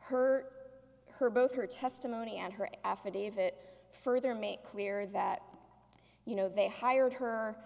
her her both her testimony and her affidavit further made clear that you know they hired her i